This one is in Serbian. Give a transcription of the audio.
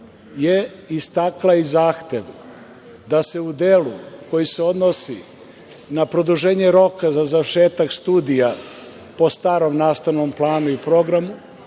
je istakla i zahtev da se u delu koji se odnosi na produženje roka za završetak studija po starom nastavnom planu i programu,